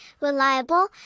reliable